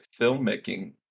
filmmaking